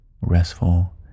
restful